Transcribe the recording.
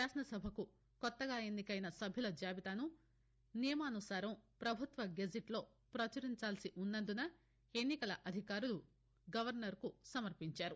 శాసనసభ కొత్తగా ఎన్నికైన సభ్యుల జాబితాను నియమానుసారం ప్రపభుత్వ గెజిట్లో పచురించాల్సి ఉన్నందున ఎన్నికల అధికారులు గవర్నర్కు సమర్పించారు